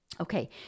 Okay